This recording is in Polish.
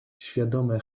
świadome